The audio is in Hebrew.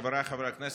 חבריי חברי הכנסת,